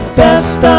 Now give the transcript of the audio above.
best